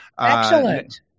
Excellent